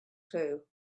too